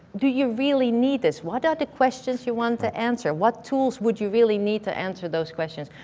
do you really need this? what are the questions you want to answer? what tools would you really need to answer those questions?